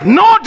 no